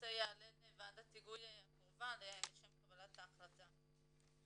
הנושא יעלה לוועדת היגוי הקרובה לשם קבלת החלטה.